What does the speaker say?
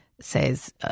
says